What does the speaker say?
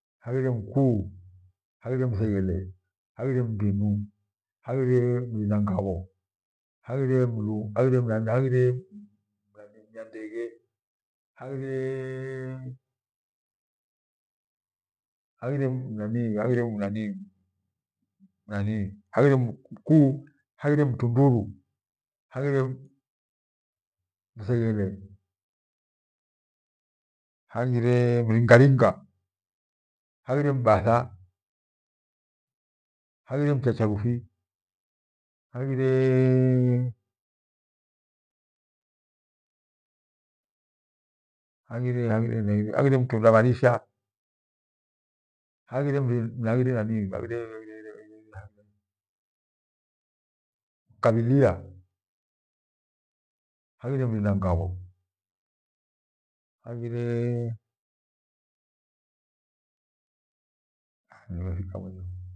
Haghire mkuu, haghire mtheghele, haghire mbinu haghire mrinanghabho, haghire mnyandeghe, haghire nanii nani haghire mkuu, haghire maghiri, haghire mturuni, haghire Mbatha, haghire mringaringa, haghire Mbatha, haghire mchacharufi haghire haghire haghire mtundabha risha, haghiree nani haghire haghire mkebhilia haghire mrina ngabho, haghiree, ndefika mwisho.